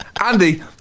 Andy